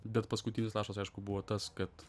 bet paskutinis lašas aišku buvo tas kad